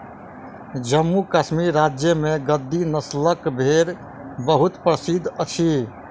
जम्मू कश्मीर राज्य में गद्दी नस्लक भेड़ बहुत प्रसिद्ध अछि